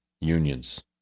unions